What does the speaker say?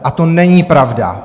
A to není pravda.